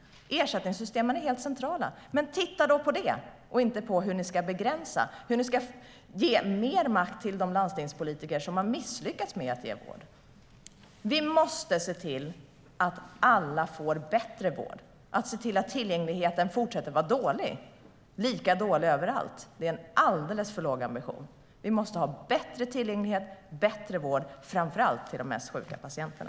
Ersättningssystemen är helt centrala. Men titta på den frågan och inte på hur ni ska begränsa - hur ni ska ge mer makt till de landstingspolitiker som har misslyckats med att ge tillgång till vård. Vi måste se till att alla får tillgång till bättre vård. Att se till att tillgängligheten fortsätter att vara lika dålig överallt är en alldeles för låg ambitionsnivå. Vi måste ha bättre tillgänglighet och bättre vård, framför allt för de mest sjuka patienterna.